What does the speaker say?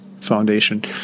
Foundation